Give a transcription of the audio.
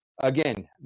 Again